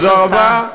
תודה רבה.